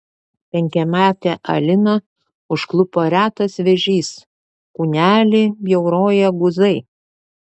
penkiametę aliną užklupo retas vėžys kūnelį bjauroja guzai